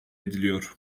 ediliyor